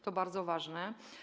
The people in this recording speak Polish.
To bardzo ważne.